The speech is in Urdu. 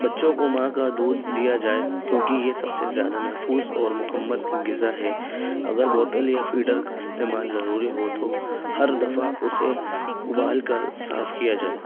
بچوں کو ماں کا دودھ دیا جائے کیونکہ یہ سب سے زیادہ محفوظ اور مکمل غذا ہے اگر بوتل یا فیڈر کا استعمال ضروری ہو تو ہر دفعہ اسے ابال کر صاف کیا جائے